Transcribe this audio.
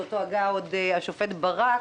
שאותו הגה עוד השופט ברק,